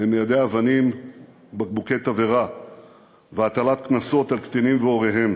למיידי אבנים ובקבוקי תבערה והטלת קנסות על קטינים והוריהם.